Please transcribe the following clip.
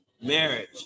marriage